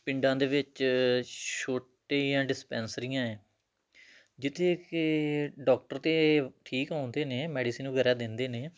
ਪਿੰਡਾਂ ਦੇ ਵਿੱਚ ਛੋਟੀਆਂ ਡਿਸਪੈਂਸਰੀਆਂ ਹੈ ਜਿੱਥੇ ਕਿ ਡਾਕਟਰ ਤਾਂ ਠੀਕ ਆਉਂਦੇ ਨੇ ਮੈਡੀਸਨ ਵਗੈਰਾ ਦਿੰਦੇ ਨੇ